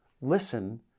listen